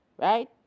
right